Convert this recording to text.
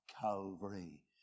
Calvary